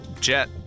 Jet